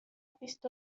بیست